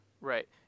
Right